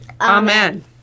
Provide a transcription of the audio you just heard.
amen